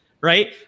right